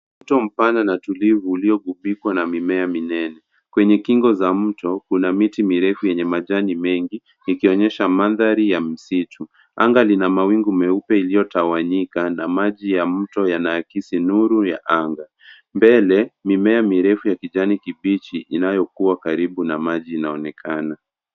Mto mpana na tulivu ulioghubikwa na mimea minene. Kwenye kingo za mto kuna miti mirefu yenye majani mengi ikionyesha mandhari ya msitu. Anga lina mawingu meupe iliyotawanyika na maji ya mto yanaakisi nuru ya anga. Mbele, mimea mirefu ya kijani kibichi inayokua karibu na maji inaonekana.